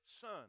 Son